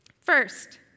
First